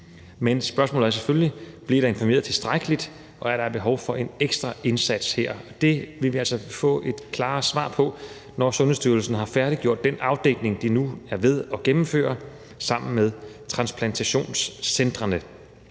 Men spørgsmålet er selvfølgelig, om der bliver informeret tilstrækkeligt, og om der her er behov for en ekstra indsats, og det vil vi altså få et klarere svar på, når Sundhedsstyrelsen har færdiggjort den afdækning, de nu er ved at gennemføre sammen med transplantationscentrene.